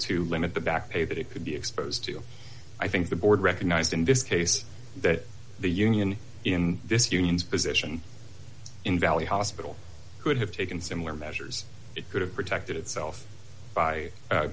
to limit the back pay that it could be exposed to i think the board recognized in this case that the union in this unions position in valley hospital could have taken similar measures it could have protected itself by